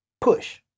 push